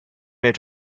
made